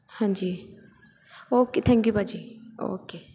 ਹਾਂਜੀ okay thank you ਭਾਅ ਜੀ ਓਕੇ